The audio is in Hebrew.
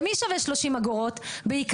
למי שווה 30 אגורות בעיקר?